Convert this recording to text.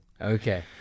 Okay